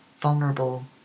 vulnerable